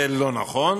זה לא נכון,